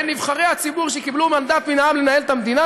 בין נבחרי הציבור שקיבלו מנדט מן העם לנהל את המדינה,